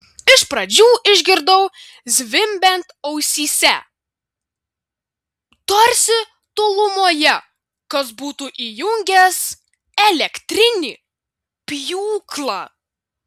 iš pradžių išgirdau zvimbiant ausyse tarsi tolumoje kas būtų įjungęs elektrinį pjūklą